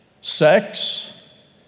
sex